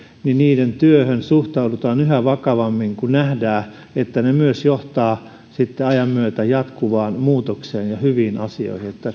työhön suhtaudutaan yhä vakavammin kun nähdään että ne myös johtavat sitten ajan myötä jatkuvaan muutokseen ja hyviin asioihin